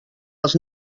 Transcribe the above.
els